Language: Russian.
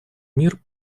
мир